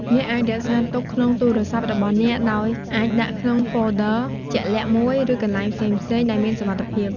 អ្នកអាចរក្សាទុកក្នុងទូរស័ព្ទរបស់អ្នក ដោយអាចដាក់ក្នុងហ្វូលឌឺរជាក់លាក់មួយ ឬកន្លែងផ្សេងៗដែលមានសុវត្ថិភាព។